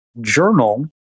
journal